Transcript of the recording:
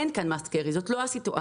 אין כאן must carry, זאת לא הסיטואציה.